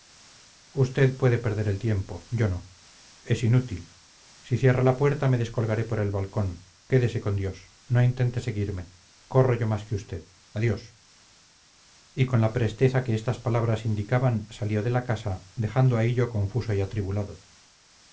usted puede perder el tiempo yo no es inútil si cierra la puerta me descolgaré por el balcón quédese con dios no intente seguirme corro yo más que usted adiós y con la presteza que estas palabras indicaban salió de la casa dejando a hillo confuso y atribulado